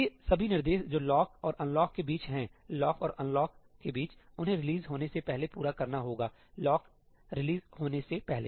ये सभी निर्देश जो लॉक और अनलॉक के बीच हैं लॉक और अनलॉक के बीच उन्हें रिलीज़release' होने से पहले पूरा करना होगा लॉक रिलीज़release' होने से पहले